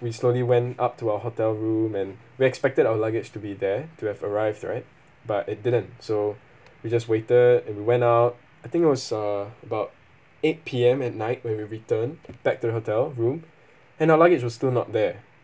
we slowly went up to our hotel room and we expected our luggage to be there to have arrived right but it didn't so we just waited and we went out I think it was uh about eight P_M at night when we return back to the hotel room and our luggage was still not there